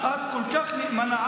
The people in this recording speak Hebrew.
את כל כך נאמנה,